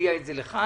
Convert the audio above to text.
הביאה את זה לכאן,